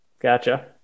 Gotcha